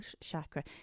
chakra